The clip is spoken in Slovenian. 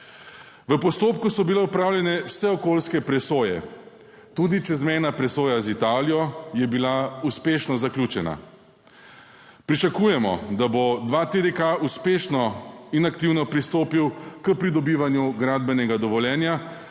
V postopku so bile opravljene vse okoljske presoje. Tudi čezmejna presoja z Italijo je bila uspešno zaključena. Pričakujemo, da bo 2TDK uspešno in aktivno pristopil k pridobivanju gradbenega dovoljenja